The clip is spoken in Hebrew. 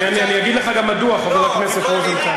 אני אגיד לך גם מדוע, חבר הכנסת רוזנטל.